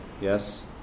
yes